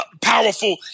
powerful